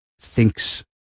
thinks